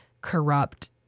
corrupt